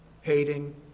hating